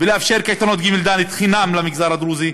לאפשר קייטנות לג' ד' חינם למגזר הדרוזי,